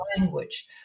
language